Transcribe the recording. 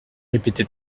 répéta